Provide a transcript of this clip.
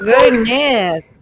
Goodness